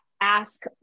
ask